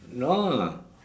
no lah